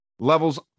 Levels